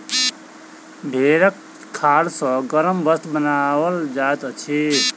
भेंड़क खाल सॅ गरम वस्त्र बनाओल जाइत अछि